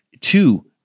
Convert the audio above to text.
two